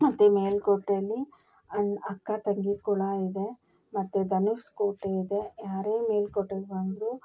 ಮತ್ತು ಮೇಲ್ಕೋಟೆಯಲ್ಲಿ ಅಣ್ಣ ಅಕ್ಕ ತಂಗಿ ಕೊಳವಿದೆ ಮತ್ತು ಧನುಷ್ಕೋಟಿಯಿದೆ ಯಾರೇ ಮೇಲ್ಕೋಟೆಗೆ ಬಂದರೂ